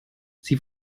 sie